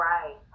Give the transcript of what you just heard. Right